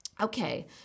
Okay